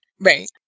Right